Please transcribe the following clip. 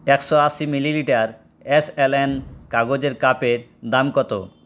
একশো আশি millilitre millilitre SLN কাগজের কাপ এর দাম কত